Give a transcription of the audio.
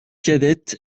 cadette